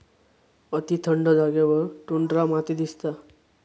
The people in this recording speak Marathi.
अती थंड जागेवर टुंड्रा माती दिसता